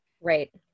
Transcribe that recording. Right